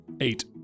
Eight